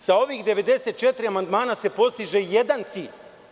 Sa ovih 94 amandmana se postiže jedan cilj.